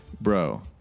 Bro